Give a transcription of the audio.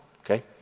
Okay